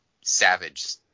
Savage